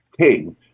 King